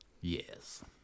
Yes